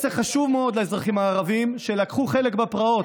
מסר חשוב מאוד לאזרחים הערבים שלקחו חלק בפרעות